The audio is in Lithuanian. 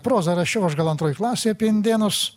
prozą rašiau aš gal antroj klasėj apie indėnus